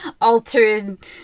altered